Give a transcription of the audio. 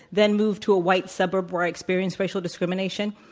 then moved to a white suburb, where i experienced racial discrimination?